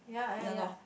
ya lor